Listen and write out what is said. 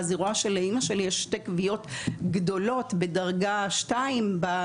ואז היא רואה שלאימא שלי יש שתי כוויות גדולות בדרגה 2 בגב,